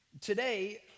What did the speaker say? Today